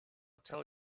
tell